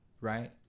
right